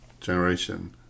generation